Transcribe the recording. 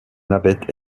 navette